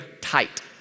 tight